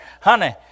Honey